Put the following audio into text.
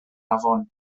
afon